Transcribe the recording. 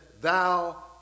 thou